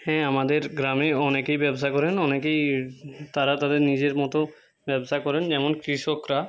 হ্যাঁ আমাদের গ্রামে অনেকেই ব্যবসা করেন অনেকেই তারা তাদের নিজের মতো ব্যবসা করেন যেমন কৃষকরা